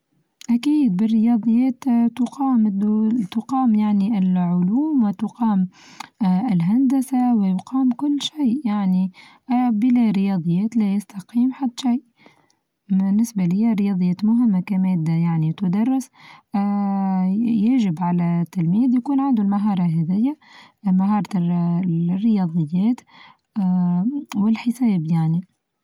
أكيد بالرياضيات تقام تقام يعني العلوم وتقام آآ الهندسة ويقام كل شيء يعني آآ بلا رياضيات لا يستقيم حتى شي، بالنسبة ليا الرياضيات مهمة كمادة يعني تدرس آآ يجب على التلميذ يكون عندو المهارة هاذايا مهارة ال-الرياضيات اا والحساب يعني.